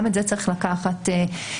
גם את זה צריך לקחת בחשבון,